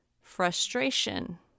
frustration